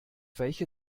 welche